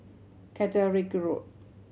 Caterick Road